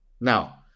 Now